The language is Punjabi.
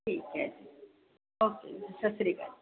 ਠੀਕ ਹੈ ਜੀ ਓਕੇ ਸਤਿ ਸ਼੍ਰੀ ਅਕਾਲ